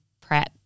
prep